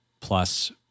plus